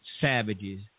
savages